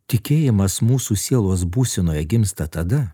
tikėjimas mūsų sielos būsenoje gimsta tada